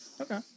Okay